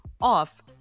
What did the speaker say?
off